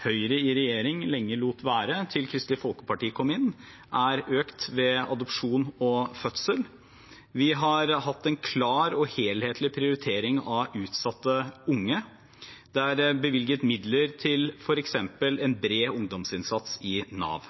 Høyre i regjering lenge lot være, til Kristelig Folkeparti kom inn – er økt ved adopsjon og fødsel. Vi har hatt en klar og helhetlig prioritering av utsatte unge. Det er bevilget midler til f.eks. en bred ungdomsinnsats i Nav.